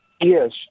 yes